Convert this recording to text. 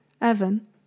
Evan